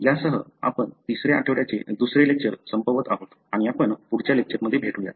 यासह आपण तिसर्या आठवड्याचे दुसरे लेक्चर संपवत आहोत आणि आपण पुढच्या लेक्चर मध्ये भेटूया